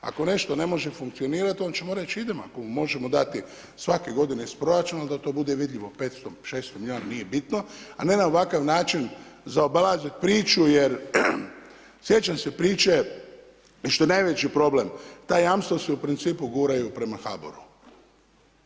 Ako nešto ne može funkcionirati onda ćemo reći idemo ako mu možemo dati svake godine iz proračuna da to bude vidljivo 500, 600 miliona nije bitno, a ne na ovakav način zaobilazit priču, jer sjećam se priče i što je najveći problem ta jamstva se u principu guraju prema HABOR-u.